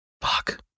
fuck